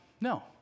No